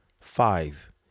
Five